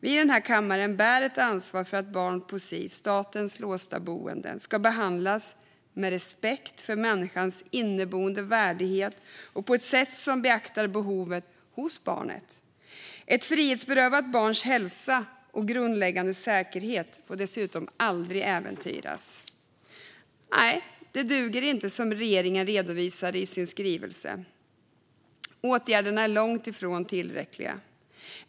Vi i denna kammare bär ett ansvar för att barn på Sis, statens, låsta boenden ska behandlas med respekt för människans inneboende värdighet och på ett sätt som beaktar behoven hos barnet. Ett frihetsberövat barns hälsa och grundläggande säkerhet får dessutom aldrig äventyras. Nej, det som regeringen redovisar i sin skrivelse duger inte. Åtgärderna är långt ifrån tillräckliga.